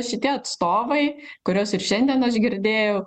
šitie atstovai kuriuos ir šiandien aš girdėjau